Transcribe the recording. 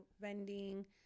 vending